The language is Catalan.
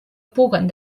puguen